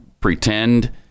pretend